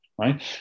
right